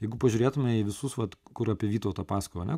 jeigu pažiūrėtume į visus vat kur apie vytautą paskojau ane